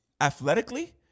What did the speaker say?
Athletically